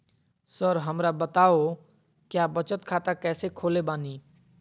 Sir हमरा बताओ क्या बचत खाता कैसे खोले बानी?